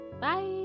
bye